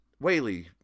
whaley